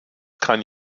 kann